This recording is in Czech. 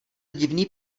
divný